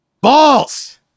balls